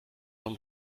vom